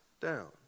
down